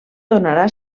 donarà